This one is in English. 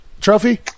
Trophy